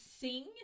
sing